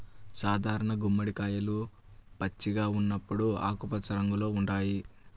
సాధారణ గుమ్మడికాయలు పచ్చిగా ఉన్నప్పుడు ఆకుపచ్చ రంగులో ఉంటాయి